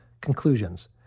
Conclusions